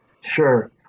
Sure